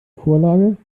vorlage